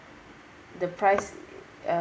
the price uh